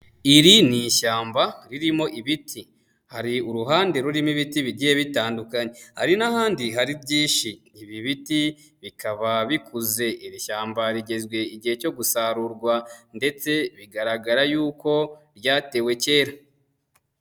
Iri ni ishyamba ririmo ibiti, hari uruhande rurimo ibiti bigiye bitandukanye, hari n'ahandi hari byinshi, ibi biti bikaba bikuze. Iri shyamba rigeze igihe cyo gusarurwa ndetse bigaragara yuko ryatewe kera.